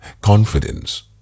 confidence